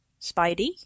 Spidey